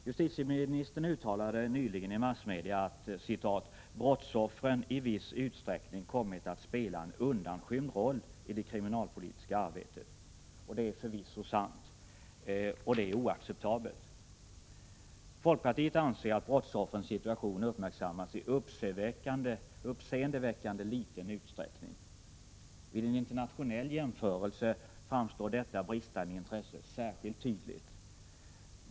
Justitieministern uttalade nyligen i massmedia att ”brottsoffren i viss utsträckning kommit att spela en undanskymd roll i det kriminalpolitiska arbetet”. Det är förvisso sant, och det är oacceptabelt. Folkpartiet anser att brottsoffrens situation har uppmärksammats i uppseendeväckande liten utsträckning. Vid en internationell jämförelse framstår detta bristande intresse särskilt tydligt.